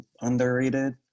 underrated